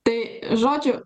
tai žodžiu